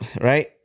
right